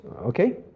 Okay